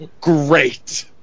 great